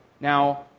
Now